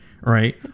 Right